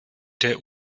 der